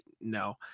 no